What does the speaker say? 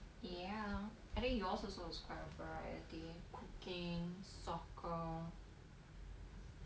ya I think yours also is quite a variety cooking soccer